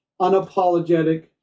unapologetic